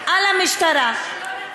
כדי שלא נצביע נגד,